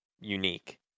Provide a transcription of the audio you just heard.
unique